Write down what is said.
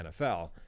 NFL